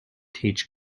teach